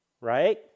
right